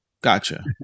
Gotcha